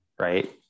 right